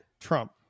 Trump